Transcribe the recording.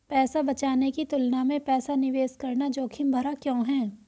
पैसा बचाने की तुलना में पैसा निवेश करना जोखिम भरा क्यों है?